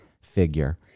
figure